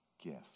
gift